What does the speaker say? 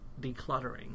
decluttering